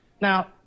Now